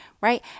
right